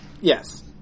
Yes